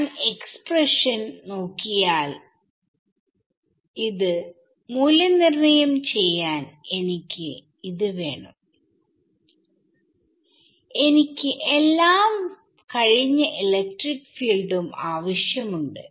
ഞാൻ എക്സ്പ്രഷൻ നോക്കിയാൽ മൂല്യനിർണ്ണായം ചെയ്യാൻ എനിക്ക് വേണം എനിക്ക് എല്ലാ കഴിഞ്ഞ ഇലക്ട്രിക് ഫീൽഡും ആവശ്യമുണ്ട്